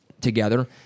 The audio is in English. together